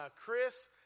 Chris